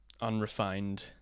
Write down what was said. unrefined